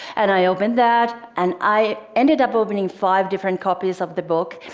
and i opened that and i ended up opening five different copies of the book.